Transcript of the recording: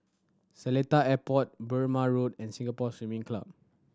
Seletar Airport Burmah Road and Singapore Swimming Club